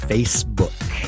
Facebook